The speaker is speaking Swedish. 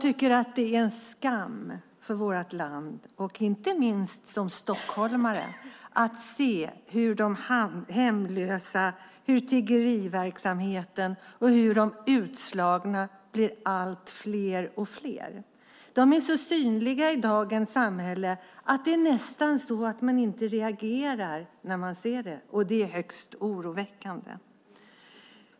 Herr talman! Jag tycker, inte minst som stockholmare, att det är en skam för vårt land att se hur de hemlösa och utslagna blir allt fler och fler. De är så synliga i dagens samhälle att det nästan är så att man inte reagerar när man ser tiggeriverksamheten, och det är högst oroväckande.